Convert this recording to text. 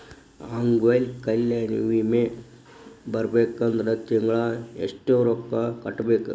ಅಂಗ್ವೈಕಲ್ಯ ವಿಮೆ ಬರ್ಬೇಕಂದ್ರ ತಿಂಗ್ಳಾ ಯೆಷ್ಟ್ ರೊಕ್ಕಾ ಕಟ್ಟ್ಬೇಕ್?